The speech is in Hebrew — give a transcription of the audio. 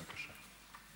בבקשה.